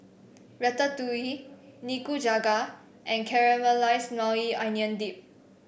Ratatouille Nikujaga and Caramelized Maui Onion Dip